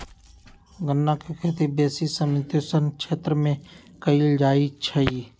गञजा के खेती बेशी समशीतोष्ण क्षेत्र में कएल जाइ छइ